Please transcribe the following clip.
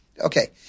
Okay